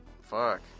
Fuck